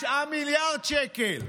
9 מיליארד שקל.